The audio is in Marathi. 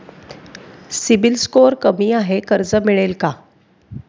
सिबिल स्कोअर कमी आहे कर्ज मिळेल का?